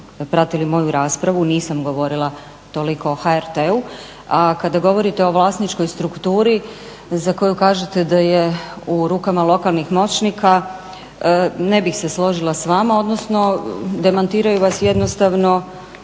pratili moju raspravu, nisam govorila toliko o HRT-u. Kada govorite o vlasničkoj strukturi za koju kažete da je u rukama lokalnim moćnika, ne bih se složila s vama, odnosno demantiraju vas jednostavno